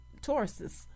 Tauruses